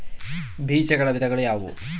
ಬೇಜಗಳ ವಿಧಗಳು ಯಾವುವು?